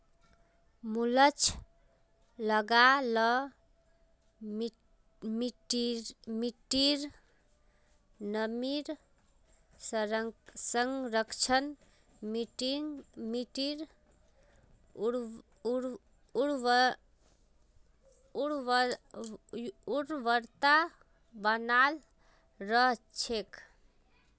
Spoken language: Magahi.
मल्च लगा ल मिट्टीर नमीर संरक्षण, मिट्टीर उर्वरता बनाल रह छेक